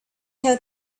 had